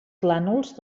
plànols